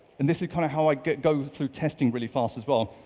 and this is kind of how i go through testing really fast as well.